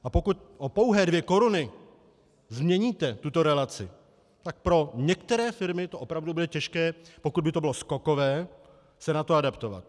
A pokud o pouhé dvě koruny změníte tuto relaci, tak pro některé firmy to opravdu bude těžké, pokud by to bylo skokové, se na to adaptovat.